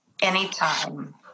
anytime